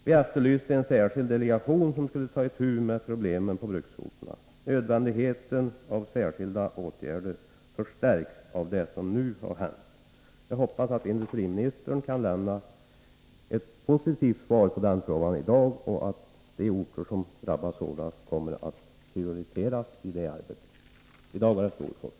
Vi har efterlyst en särskild delegation som tar itu med problemen på bruksorterna. Nödvändigheten av särskilda åtgärder förstärks med anledning av vad som nu har hänt. Jag hoppas att industriministern kan lämna ett positivt svar i det avseendet i dag. Vidare hoppas jag att de orter som drabbas hårdast kommer att prioriteras i arbetet med dessa frågor. I dag gäller det Storfors.